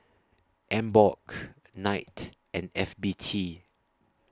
Emborg Knight and F B T